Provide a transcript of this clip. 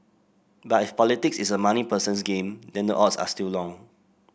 but if politics is a money person's game then the odds are still long